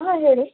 ಹಾಂ ಹೇಳಿ